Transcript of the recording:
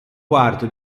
quarto